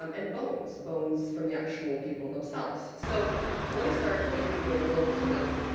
um and bones, bones from the actual people themselves. so let me start by giving you a little, sort of,